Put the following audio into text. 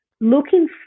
looking